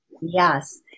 Yes